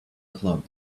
club